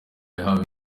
yahawe